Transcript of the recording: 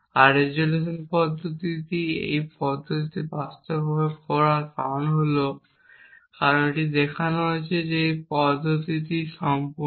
আর resolution পদ্ধতিটি এই পদ্ধতিতে বাস্তবায়িত হওয়ার কারণ হল কারণ এটি দেখানো হয়েছে যে পদ্ধতিটি সম্পূর্ণ